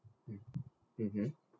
mmhmm